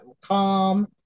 calm